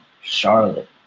Charlotte